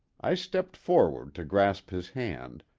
i stepped forward to grasp his hand,